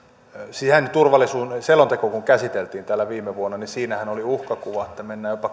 sisäisen turvallisuuden selontekoa käsiteltiin täällä viime vuonna niin siinähän oli uhkakuva että mennään jopa